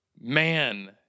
man